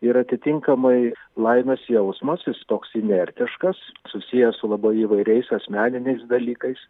ir atitinkamai laimės jausmas jis toks inertiškas susijęs su labai įvairiais asmeniniais dalykais